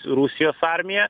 rusijos armiją